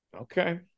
Okay